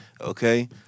okay